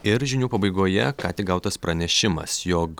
ir žinių pabaigoje ką tik gautas pranešimas jog